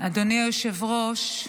אדוני היושב-ראש,